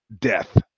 Death